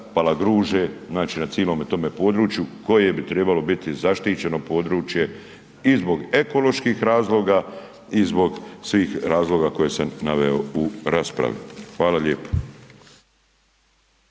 Palagruže na cilome tome području koje bi tribalo biti zaštićeno područje i zbog ekoloških razloga i zbog svih razloga koje sam naveo u raspravi. Hvala lijepo.